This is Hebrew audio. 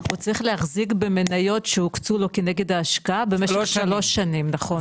הוא צריך להחזיק במניות שהוקצו לו כנגד ההשקעה במשך שלוש שנים נכון.